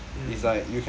mm